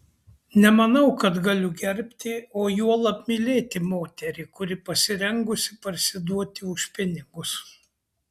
nemanau kad galiu gerbti o juolab mylėti moterį kuri pasirengusi parsiduoti už pinigus